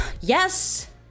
Yes